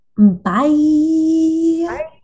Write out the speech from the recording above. Bye